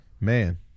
Man